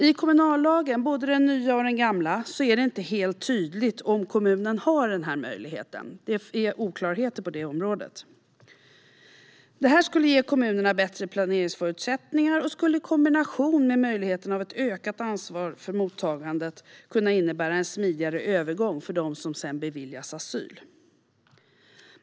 I kommunallagen, såväl den nya som den gamla, är det inte helt tydligt om kommunen har denna möjlighet. Det finns oklarheter på det området. Detta skulle ge kommunerna bättre planeringsförutsättningar och, i kombination med möjligheten till ett ökat ansvar för mottagandet, kunna innebära en smidigare övergång för dem som sedan beviljas asyl.